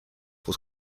was